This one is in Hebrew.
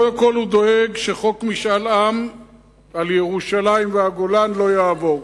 קודם כול הוא דואג שחוק משאל עם על ירושלים והגולן לא יעבור,